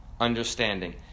understanding